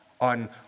on